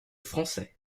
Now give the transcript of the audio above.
français